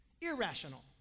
Irrational